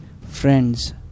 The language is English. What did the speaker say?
friends